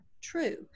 true